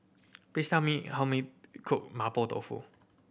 please tell me how me cook Mapo Tofu